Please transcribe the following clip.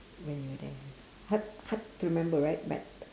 when you're there hard hard to remember right but